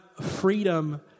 freedom